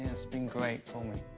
it's been great for um and